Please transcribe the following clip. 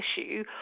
issue